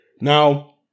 Now